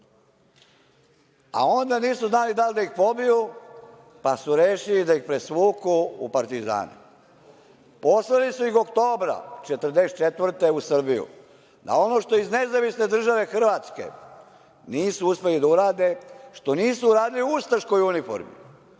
Onda nisu znali da li da ih pobiju, pa su rešili da ih presvuku u partizane. Poslali su ih oktobra 1944. godine u Srbiju, da ono što iz NDH nisu uspeli da urade, što nisu uradili u ustaškoj uniformi